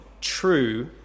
true